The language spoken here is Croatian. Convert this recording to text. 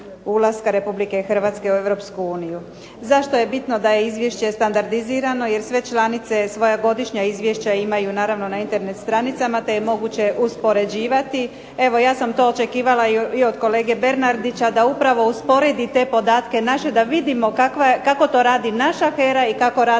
ulaska RH u EU. Zašto je bitno da je izvješće standardizirano? Jer sve članice svoja godišnja izvješća imaju naravno na Internet stranicama te je moguće uspoređivati. Evo, ja sam to očekivala i od kolege Bernardića da upravo usporedi te podatke naše da vidimo kako to radi naša HERA i kako rade ostale